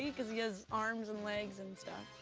yeah cause he has arms and legs and stuff.